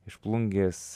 iš plungės